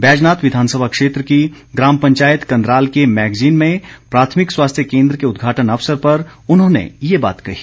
बैजनाथ विधानसभा क्षेत्र की ग्राम पंचायत कंदराल के मैगजीन में प्राथमिक स्वास्थ्य केन्द्र के उद्घाटन अवसर पर उन्होंने ये बात कही